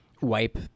wipe